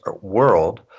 world